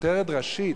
כותרת ראשית.